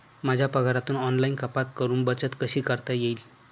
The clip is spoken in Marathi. माझ्या पगारातून ऑनलाइन कपात करुन बचत कशी करता येईल?